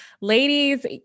ladies